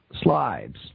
slides